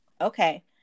okay